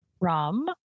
rum